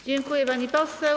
Dziękuję, pani poseł.